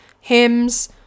hymns